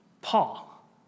Paul